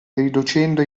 riducendo